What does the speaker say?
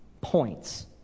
points